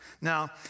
Now